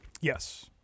Yes